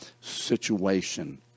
situation